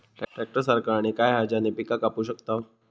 Tractor सारखा आणि काय हा ज्याने पीका कापू शकताव?